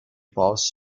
both